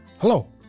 Hello